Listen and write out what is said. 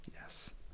Yes